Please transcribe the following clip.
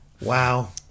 Wow